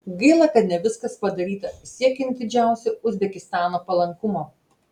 gaila kad ne viskas padaryta siekiant didžiausio uzbekistano palankumo